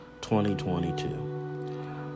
2022